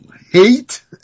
hate